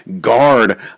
guard